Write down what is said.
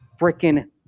freaking